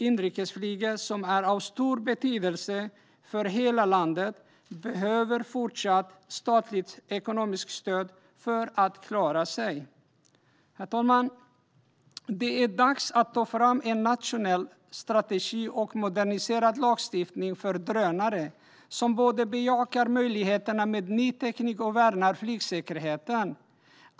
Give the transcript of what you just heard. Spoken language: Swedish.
Inrikesflyget, som har stor betydelse för hela landet, behöver fortsatt statligt ekonomiskt stöd för att klara sig. Herr talman! Det är dags att ta fram en nationell strategi och moderniserad lagstiftning för drönare som både bejakar möjligheterna med ny teknik och värnar flygsäkerheten.